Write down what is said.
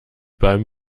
beim